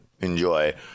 enjoy